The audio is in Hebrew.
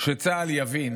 שצה"ל יבין